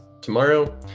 tomorrow